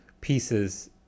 pieces